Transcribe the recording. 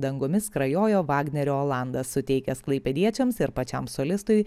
dangumi skrajojo vagnerio olandas suteikęs klaipėdiečiams ir pačiam solistui